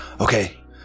Okay